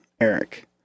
Eric